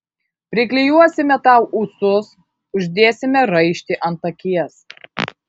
priklijuosime tau ūsus uždėsime raištį ant akies